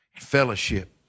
fellowship